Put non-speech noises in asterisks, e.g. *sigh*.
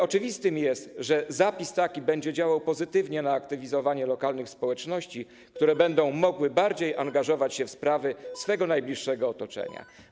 Oczywiste jest, że taki zapis będzie działał pozytywnie na aktywizowanie lokalnych społeczności, *noise* które będą mogły bardziej angażować się w sprawy najbliższego otoczenia.